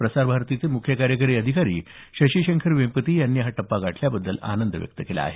प्रसारभारतीचे मुख्य कार्यकारी अधिकारी शशी शेखर वेंपती यांनी हा टप्पा गाठल्याबद्दल आनंद व्यक्त केला आहे